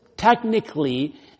Technically